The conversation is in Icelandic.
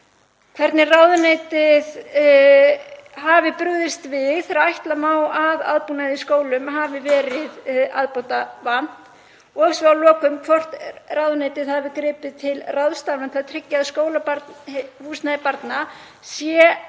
hvernig ráðuneytið hafi brugðist við þegar ætla má að aðbúnaði í skólum hafi verið ábótavant. Og að lokum hvort ráðuneytið hafi gripið til ráðstafana til að tryggja að skólahúsnæði barna sé